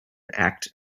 act